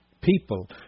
people